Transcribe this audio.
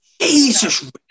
Jesus